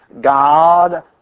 God